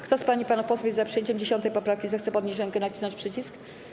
Kto z pań i panów posłów jest za przyjęciem 10. poprawki, zechce podnieść rękę i nacisnąć przycisk.